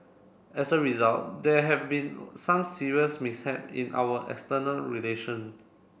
as a result there have been some serious mishap in our external relation